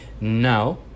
Now